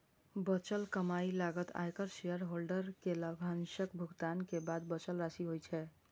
बचल कमाइ लागत, आयकर, शेयरहोल्डर कें लाभांशक भुगतान के बाद बचल राशि होइ छै